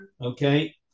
Okay